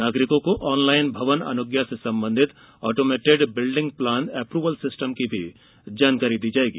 नागरिकों को ऑनलाइन भवन अनुज्ञा से संबंधित automated building plan approval system की भी जानकारी दी जायेगी